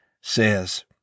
says